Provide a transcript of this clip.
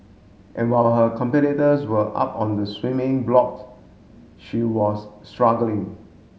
and while her competitors were up on the swimming blocks she was struggling